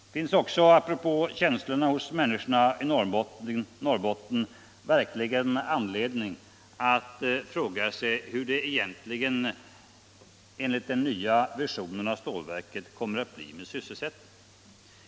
Det finns också, apropå känslorna hos människorna i Norrbotten, verkligen anledning att fråga sig hur det egentligen, enligt den nya versionen av stålverket, kommer att bli med sysselsättningen.